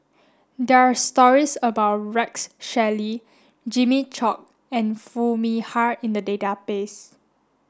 there are stories about Rex Shelley Jimmy Chok and Foo Mee Har in the database